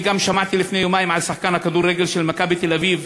אני גם שמעתי לפני יומיים על שחקן כדורגל של "מכבי תל-אביב",